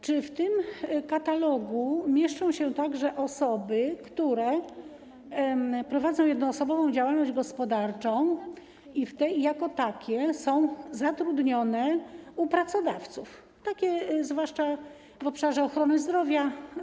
Czy w tym katalogu mieszczą się także osoby, które prowadzą jednoosobową działalność gospodarczą i jako takie są zatrudnione u pracodawców, zwłaszcza w obszarze ochrony zdrowia?